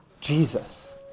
Jesus